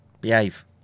behave